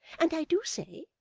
and i do say,